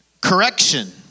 Correction